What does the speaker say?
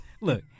Look